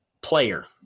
player